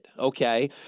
okay